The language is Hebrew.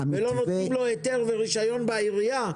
בלי לתת לו היתר ורישיון בעירייה,